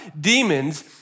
demons